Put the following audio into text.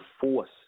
force